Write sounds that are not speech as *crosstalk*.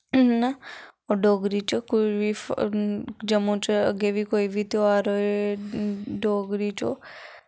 *unintelligible* डोगरी च कुछ बी जम्मू च अग्गे बी कोई बी तेहार होए डोगरी च ओह्